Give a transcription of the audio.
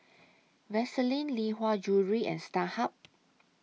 Vaseline Lee Hwa Jewellery and Starhub